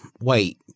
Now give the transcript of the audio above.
wait